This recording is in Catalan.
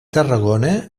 tarragona